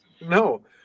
No